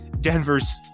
Denver's